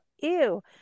ew